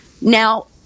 now